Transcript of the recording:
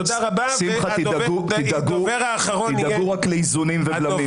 תדאגו רק לאיזונים ובלמים.